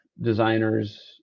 designers